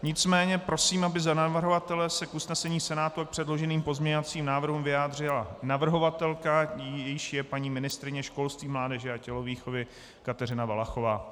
Nicméně prosím, aby za navrhovatele se k usnesení Senátu a k předloženým pozměňovacím návrhům vyjádřila navrhovatelka, jíž je paní ministryně školství, mládeže a tělovýchovy Kateřina Valachová.